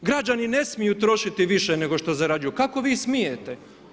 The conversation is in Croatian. Građani ne smiju trošiti više nego što zarađuju, kako vi smijete?